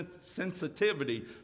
sensitivity